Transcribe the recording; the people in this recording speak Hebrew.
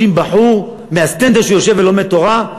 בחור מהסטנדר שלידו הוא יושב ולומד תורה,